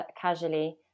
Casually